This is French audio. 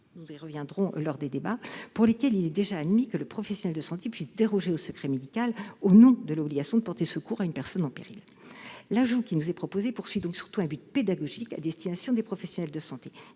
pour la victime et une emprise -, pour lesquelles il est déjà admis que le professionnel de santé puisse déroger au secret médical au nom de l'obligation de porter secours à une personne en péril. L'ajout qui nous est proposé a donc surtout un but pédagogique à destination des professionnels de santé